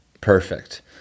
perfect